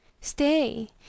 stay